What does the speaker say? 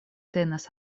tenas